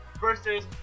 versus